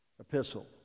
epistle